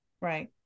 Right